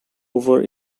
over